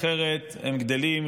אחרת הם גדלים,